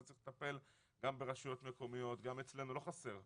צריך לטפל גם ברשויות מקומיות, גם אצלנו, לא חסר.